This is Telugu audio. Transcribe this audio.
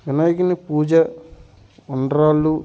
వినాయకని పూజ ఒండ్రాళ్ళు